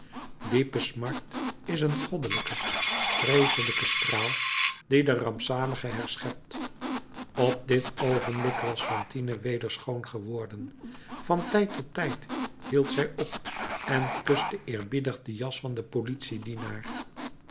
diepe smart is een goddelijke vreeselijke straal die de rampzaligen herschept op dit oogenblik was fantine weder schoon geworden van tijd tot tijd hield zij op en kuste eerbiedig de jas van den politiedienaar